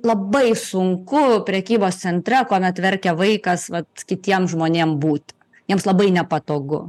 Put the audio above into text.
labai sunku prekybos centre kuomet verkia vaikas vat kitiems žmonėm būt jiems labai nepatogu